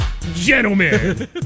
gentlemen